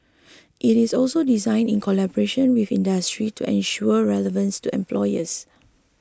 it is also designed in collaboration with industry to ensure relevance to employers